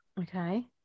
Okay